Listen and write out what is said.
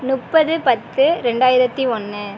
முப்பது பத்து ரெண்டாயிரத்தி ஒன்று